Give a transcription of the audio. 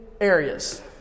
areas